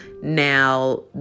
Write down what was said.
Now